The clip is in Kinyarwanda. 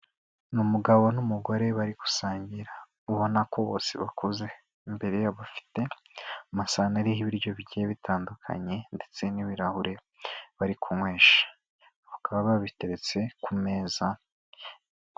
Ni umugabo n'umugore bari gusangira, ubona ko bose bakuze, imbere yabo bafite amasahane ariho ibiryo bigiye bitandukanye ndetse n'ibirahure bari kunywesha, bakaba babiteretse ku meza.